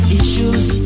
issues